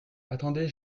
attendez